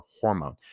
hormone